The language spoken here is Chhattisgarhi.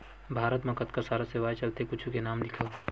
भारत मा कतका सारा सेवाएं चलथे कुछु के नाम लिखव?